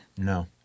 No